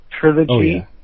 trilogy